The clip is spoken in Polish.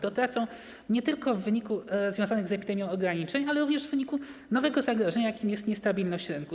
Tracą nie tylko w wyniku związanych z epidemią ograniczeń, ale również w wyniku nowego zagrożenia, jakim jest niestabilność rynku.